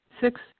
Six